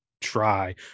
try